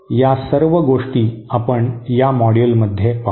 या सर्व गोष्टी आपण या मॉड्यूलमध्ये पाहू